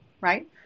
Right